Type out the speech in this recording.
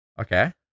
Okay